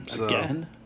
again